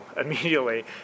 immediately